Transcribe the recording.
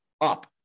up